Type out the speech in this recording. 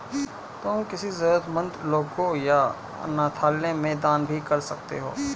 तुम किसी जरूरतमन्द लोगों या अनाथालय में दान भी कर सकते हो